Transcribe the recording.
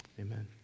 amen